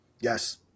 Yes